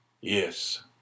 Yes